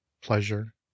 pleasure